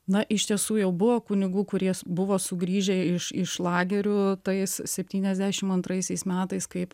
na iš tiesų jau buvo kunigų kurie buvo sugrįžę iš iš lagerių tais septyniasdešim antraisiais metais kaip